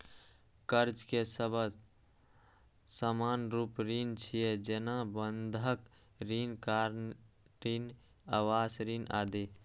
कर्ज के सबसं सामान्य रूप ऋण छियै, जेना बंधक ऋण, कार ऋण, आवास ऋण आदि